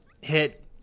hit